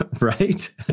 Right